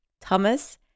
Thomas